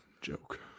joke